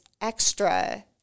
extra